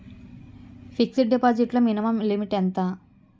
Fixed deposit లో minimum limit ఎంత?